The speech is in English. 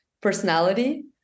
personality